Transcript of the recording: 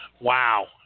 Wow